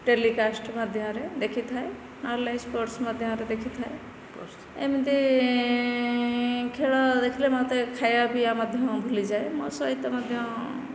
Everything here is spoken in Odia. ଟେଲିକାଷ୍ଟ ମାଧ୍ୟମରେ ଦେଖିଥାଏ ନହେଲେ ନାଇଁ ସ୍ପୋର୍ଟସ ମଧ୍ୟରେ ଦେଖିଥାଏ ଏମିତି ଖେଳ ଦେଖିଲେ ଖାଇବା ପିଇବା ମଧ୍ୟ ଭୁଲିଯାଏ ମୋ' ସହିତ ମଧ୍ୟ